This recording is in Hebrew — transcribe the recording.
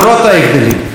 עם כל השוני.